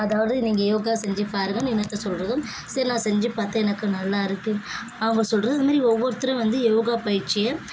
அதாவது நீங்கள் யோகா செஞ்சுப்பாருங்கன்னு இன்னொருத்தர் சொல்கிறதும் சரி நான் செஞ்சுப் பார்த்தேன் எனக்கு நல்லா இருக்குது அவங்க சொல்கிறது இதுமாரி ஒவ்வொருத்தரும் வந்து யோகா பயிற்சியை